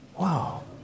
Wow